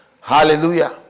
Hallelujah